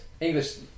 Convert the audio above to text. English